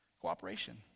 Cooperation